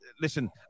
Listen